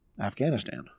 Afghanistan